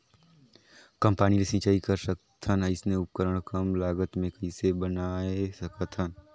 कम पानी ले सिंचाई कर सकथन अइसने उपकरण कम लागत मे कइसे बनाय सकत हन?